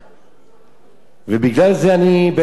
ובגלל זה אני בעצם מעסיק אותו,